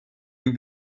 you